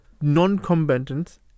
non-combatants